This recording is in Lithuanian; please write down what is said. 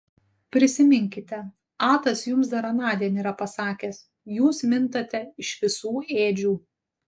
prisiminkite atas jums dar anądien yra pasakęs jūs mintate iš visų ėdžių